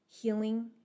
healing